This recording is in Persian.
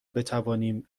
بتوانیم